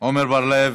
עמר בר-לב,